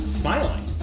smiling